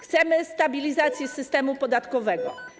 Chcemy stabilizacji systemu podatkowego.